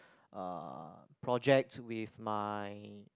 uh project with my